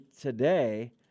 today